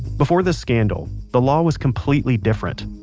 before this scandal, the law was completely different.